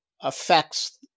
affects